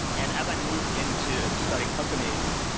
and as i move into starting companies,